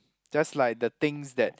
just like the things that